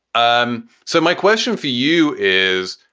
um so my question for you is,